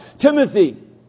Timothy